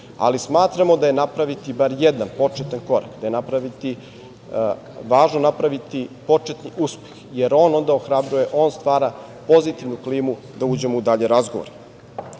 ali smatramo da je napraviti bar jedan početan korak, da je važno napraviti početni uspeh, jer onda ohrabruje, on stvara pozitivnu klimu da uđemo u dalje razgovore. Druga